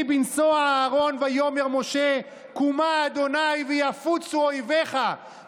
בנְסֹעַ הארֹן ויאמר משה קומה ה' ויפֻצו אֹיְבֶיךָ